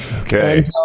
okay